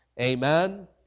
Amen